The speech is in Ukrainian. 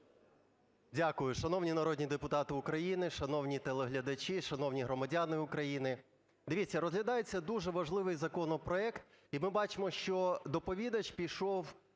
Дякую. Шановні народні депутати України, шановні телеглядачі, шановні громадяни України, дивіться, розглядається дуже важливий законопроект, і ми бачимо, що доповідач пішов,